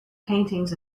paintings